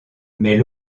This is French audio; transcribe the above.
mais